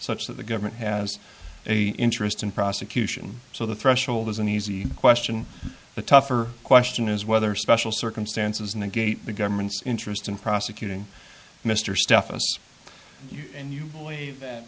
such that the government has a interest in prosecution so the threshold is an easy question the tougher question is whether special circumstances negate the government's interest in prosecuting mr stuff and you